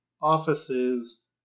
offices